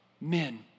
men